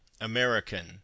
american